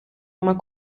uma